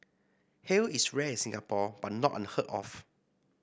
hail is rare in Singapore but not unheard of